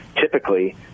typically